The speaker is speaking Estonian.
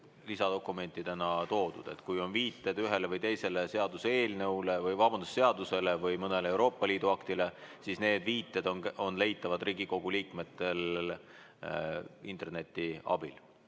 lisadokumentidena toodud. Kui on viited ühele või teisele seaduseelnõule – vabandust, seadusele – või mõnele Euroopa Liidu aktile, siis need viited leiavad Riigikogu liikmed interneti abil.